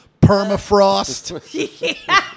Permafrost